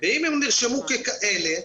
ואם הם נרשמו ככאלה,